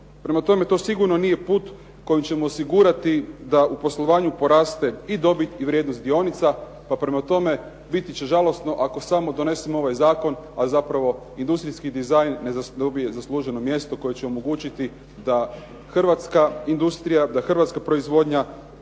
Prema tome, to sigurno nije put kojim ćemo osigurati da u poslovanju poraste i dobit i vrijednost dionica pa prema tome biti će žalosno ako samo donesemo ovaj zakon, a zapravo industrijski dizajn ne dobije zasluženo mjesto koje će omogućiti da hrvatska industrija, da hrvatska proizvodnja